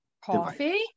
Coffee